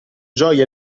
gioia